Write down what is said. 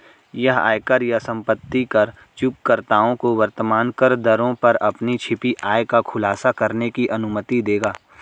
यह आयकर या संपत्ति कर चूककर्ताओं को वर्तमान करदरों पर अपनी छिपी आय का खुलासा करने की अनुमति देगा